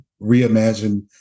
reimagine